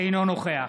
אינו נוכח